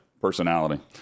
personality